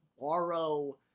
borrow